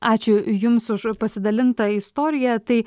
ačiū jums už pasidalintą istoriją tai